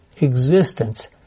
existence